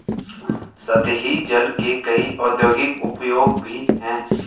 सतही जल के कई औद्योगिक उपयोग भी हैं